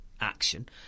action